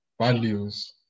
values